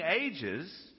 ages